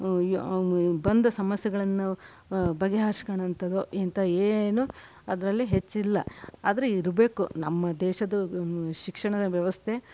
ಬಂದ ಸಮಸ್ಯೆಗಳನ್ನು ಬಗೆಹರಿಸ್ಕೊಳ್ಳೋಂಥದ್ದು ಇಂಥ ಏನು ಅದರಲ್ಲಿ ಹೆಚ್ಚಿಲ್ಲ ಆದರೆ ಇರಬೇಕು ನಮ್ಮ ದೇಶದ್ದು ಶಿಕ್ಷಣ ವ್ಯವಸ್ಥೆ